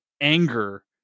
anger